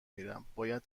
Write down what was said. میرم، باید